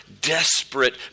desperate